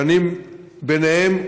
שאני ביניהם,